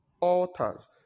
altars